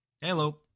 Hello